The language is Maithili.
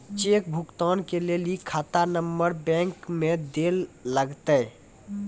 चेक भुगतान के लेली खाता नंबर बैंक मे दैल लागतै